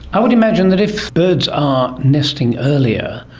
i would imagine that if birds are nesting earlier,